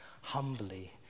humbly